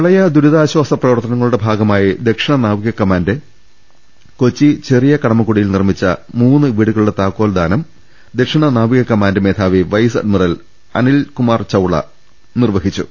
പ്രളയ ദുരിതാശ്ചാസ പ്രവർത്തനങ്ങളുടെ ഭാഗമായി ദക്ഷിണ നാവിക കമാന്റ് ചെറിയ കടമക്കുടിയിൽ നിർമ്മിച്ച മൂന്ന് വീടുക ളുടെ താക്കോൽ ദക്ഷിണ നാവിക കമാന്റ് മേധാവി വൈസ് അഡ്മി റൽ അനിൽ കുമാർ ചൌള കൈമാറി